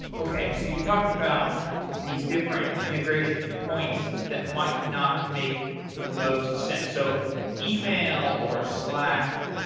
okay. so you talked about these different integration points that might not make the most sense. so email or slack,